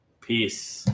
Peace